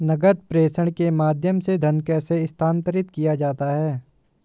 नकद प्रेषण के माध्यम से धन कैसे स्थानांतरित किया जाता है?